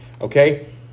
okay